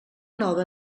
nova